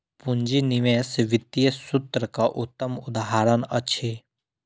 पूंजी निवेश वित्तीय सूत्रक उत्तम उदहारण अछि